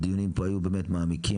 הדיונים פה היו באמת מעמיקים,